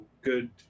good